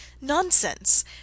Nonsense